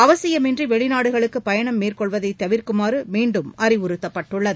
அவசியமின்றி வெளிநாடுகளுக்கு பயணம் மேற்கொள்வதை தவிர்க்குமாறு மீண்டும் அறிவுறுத்தப்பட்டுள்ளது